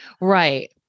Right